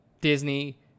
Disney